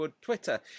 twitter